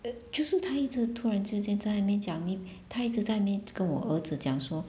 就是她一直突然就是在那边讲你她一直在那边就跟我儿子讲说 uh